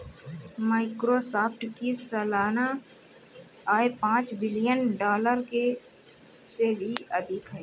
Microsoft की सालाना आय पांच बिलियन डॉलर से भी अधिक है